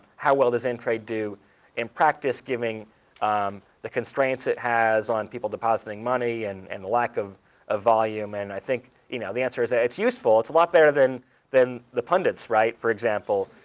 how well does intrade do in practice, given um the constraints it has on people depositing money and and the lack of ah volume? and i think you know the answer is that it's useful. it's a lot better than than the pundits, for example.